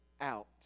out